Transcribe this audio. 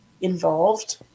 involved